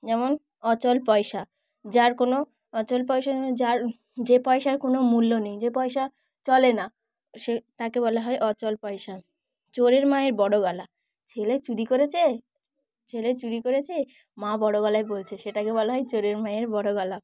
যেমন অচল পয়সা যার কোনো অচল পয়সা যার যে পয়সার কোনো মূল্য নেই যে পয়সা চলে না সে তাকে বলা হয় অচল পয়সা চোরের মায়ের বড় গলা ছেলে চুরি করেছে ছেলে চুরি করেছে মা বড় গলায় বলছে সেটাকে বলা হয় চোরের মায়ের বড় গলা